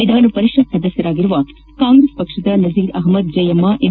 ವಿಧಾನಪರಿಷತ್ ಸದಸ್ಯರಾಗಿರುವ ಕಾಂಗ್ರೆಸ್ನ ನಜೀರ್ ಅಷ್ಟದ್ ಜಯಮ್ನ ಎಂ